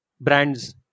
brands